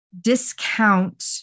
discount